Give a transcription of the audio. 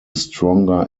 stronger